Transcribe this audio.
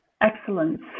excellence